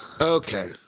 Okay